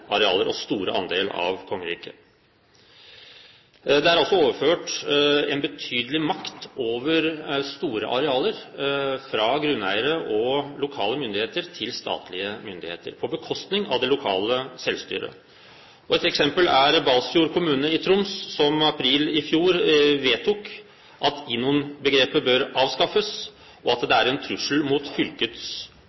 arealer og en stor andel av kongeriket. Det er altså overført en betydelig makt over store arealer fra grunneiere og lokale myndigheter til statlige myndigheter, på bekostning av det lokale selvstyret. Et eksempel er Balsfjord kommune i Troms, som i april i fjor vedtok at INON-begrepet bør avskaffes, og at